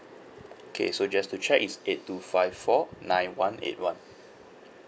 okay so just to check it's eight two five four nine one eight one